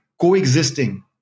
coexisting